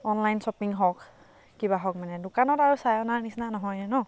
online shopping হওঁক কিবা হওঁক মানে দোকানত আৰু চাই অনাৰ নিচিনা নহয়েই ন